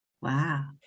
Wow